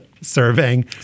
serving